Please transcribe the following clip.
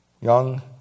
young